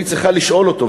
והיא צריכה לשאול אותו,